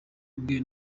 bwe